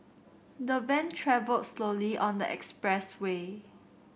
the van travelled slowly on the expressway